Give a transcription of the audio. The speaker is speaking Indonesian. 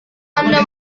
anda